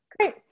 Great